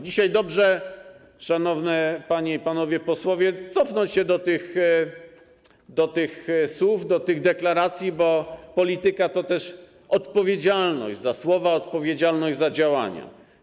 Dzisiaj dobrze, szanowne panie i panowie posłowie, cofnąć się do tych słów, do tych deklaracji, bo polityka to też odpowiedzialność za słowa, odpowiedzialność za działanie.